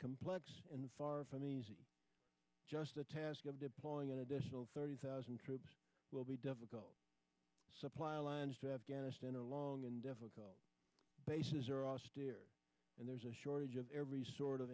easy just the task of deploying an additional thirty thousand troops will be difficult supply lines to afghanistan are long and difficult bases are austere and there's a shortage of every sort of